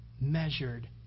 measured